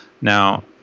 Now